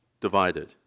divided